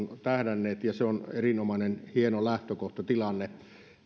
tähdänneet ja se on erinomainen hieno lähtökohtatilanne